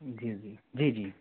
जी जी जी जी